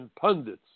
pundits